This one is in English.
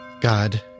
God